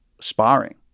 sparring